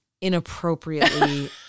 inappropriately